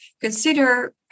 consider